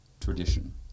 tradition